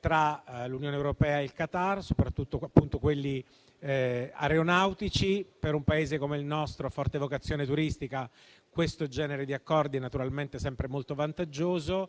tra l'Unione europea e il Qatar, soprattutto quelli aeronautici. Per un Paese come il nostro, a forte vocazione turistica, questo genere di accordi naturalmente è sempre molto vantaggioso